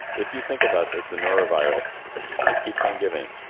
if you think of us as the norovirus that keeps on giving.